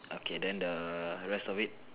okay then the rest of it